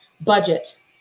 Budget